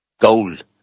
Gold